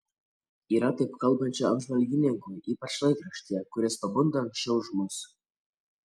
yra taip kalbančių apžvalgininkų ypač laikraštyje kuris pabunda anksčiau už mus